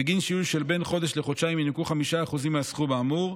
בגין שיהוי של בין חודש לחודשיים ינוכו 5% מהסכום האמור,